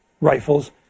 rifles